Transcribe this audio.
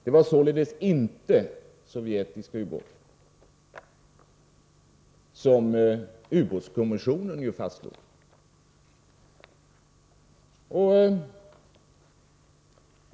Det var således inte sovjetiska ubåtar, vilket ubåtskommissionen fastslog.